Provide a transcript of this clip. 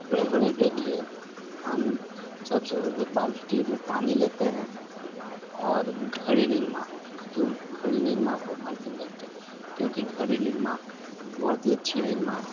कपड़े धोने के लिए हम सब से पहले बाल्टी में पानी लेते हैं और घड़ी निरमा घड़ी निरमा को बाल्टी में डालते हैं क्योंकि घड़ी निरमा बहुत ही अच्छी निरमा है